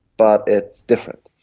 but it's different.